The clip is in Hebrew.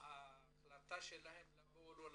ההחלטה שלהם לבוא או לא לבוא.